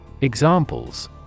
Examples